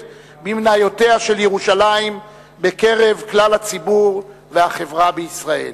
ב"מניותיה" של ירושלים בקרב כלל הציבור והחברה בישראל.